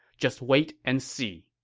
just wait and see.